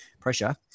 pressure